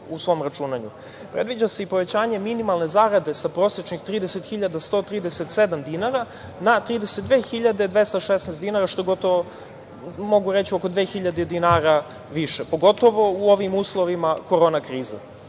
se i povećanje minimalne zarade sa prosečnih 30.137 dinara na 32.216 dinara, što je mogu reći oko 2.000 dinara više, pogotovo u ovim uslovima korona